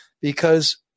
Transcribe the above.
Because-